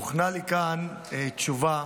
הוכנה לי כאן תשובה